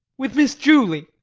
with miss julie?